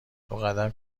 دوقدم